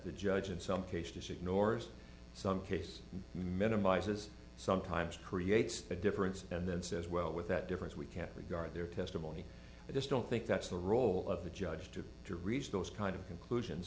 the judge in some cases ignores some cases minimises sometimes creates the difference and then says well with that difference we can't regard their testimony i just don't think that's the role of the judge to to reach those kind of conclusion